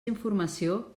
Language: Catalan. informació